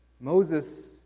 Moses